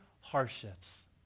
hardships